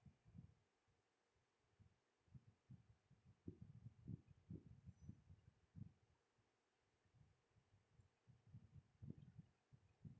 <Z